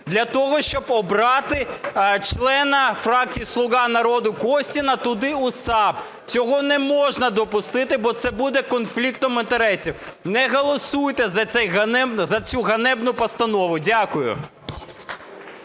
для того, щоб обрати члена фракції "Слуга народу" Костіна туди у САП. Цього не можна допустити, бо це буде конфліктом інтересів. Не голосуйте за цю ганебну постанову! Дякую.